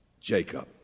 Jacob